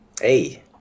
hey